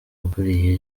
ukuriye